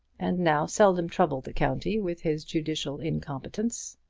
and now seldom troubled the county with his judicial incompetence.